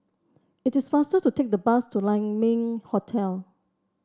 it is faster to take the bus to Lai Ming Hotel